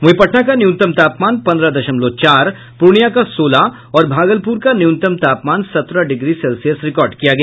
वहीं पटना का न्यूनतम तापमान पन्द्रह दशमलव चार पूर्णियां का सोलह और भागलपुर का न्यूनतम तापमान सत्रह डिग्री सेल्सियस रिकॉर्ड किया गया